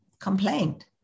complained